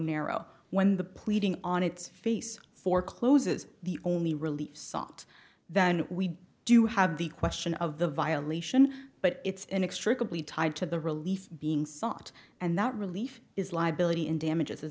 narrow when the pleading on its face for closes the only relief sought than we do have the question of the violation but it's inextricably tied to the relief being sought and that relief is liability in damages